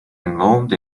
involved